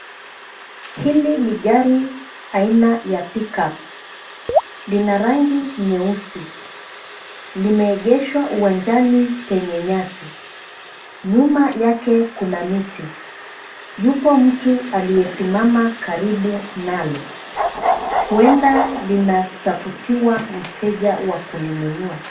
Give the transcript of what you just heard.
Hili ni gari aina ya pickup . Lina rangi nyeusi, limeegeshwa uwanjani penye nyasi. Nyuma yake kuna miti. Yupo mtu aliyesimama karibu nalo. Huenda linatafutiwa mteja wa kulinunua.